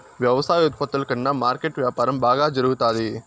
వ్యవసాయ ఉత్పత్తుల కన్నా మార్కెట్ వ్యాపారం బాగా జరుగుతాది